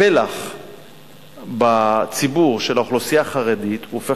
הפלח בציבור של האוכלוסייה החרדית הופך